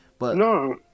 No